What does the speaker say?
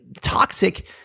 toxic